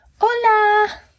Hola